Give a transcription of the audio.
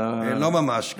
לא ממש.